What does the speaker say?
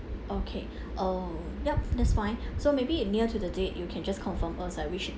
okay um yup that's fine so maybe it near to the date you can just confirm us like which